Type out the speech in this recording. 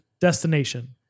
destination